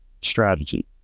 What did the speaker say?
strategy